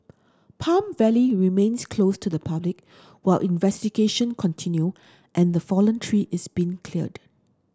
Palm Valley remains closed to the public while investigation continue and the fallen tree is being cleared